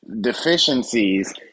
deficiencies